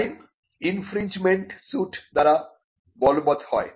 design infringement suit দ্বারা বলবৎ হয়